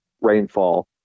rainfall